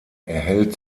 erhält